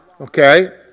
Okay